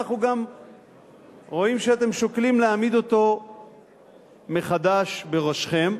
אנחנו רואים שאתם שוקלים להעמיד אותו מחדש בראשכם.